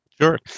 sure